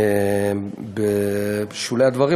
בשולי הדברים,